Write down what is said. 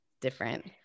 different